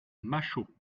machault